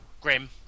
grim